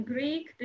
Greek